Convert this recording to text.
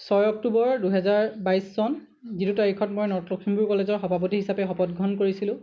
ছয় অক্টোবৰ দুহেজাৰ বাইছ চন যিটো তাৰিখত মই নৰ্থ লখিমপুৰ কলেজৰ সভাপতি হিচাপে শপত গ্ৰহণ কৰিছিলোঁ